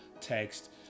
text